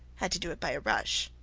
had to do it by a rush.